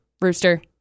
rooster